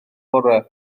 bore